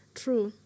true